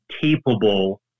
capable